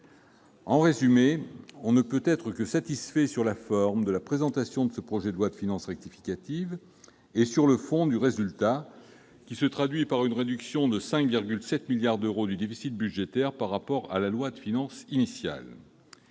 En résumé, on ne peut être que satisfait, sur la forme, de la présentation de ce projet de loi de finances rectificative et, sur le fond, du résultat, qui se traduit par une réduction de 5,7 milliards d'euros du déficit budgétaire par rapport à la loi de finances initiale.